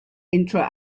intra